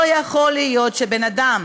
לא יכול להיות שבן-אדם,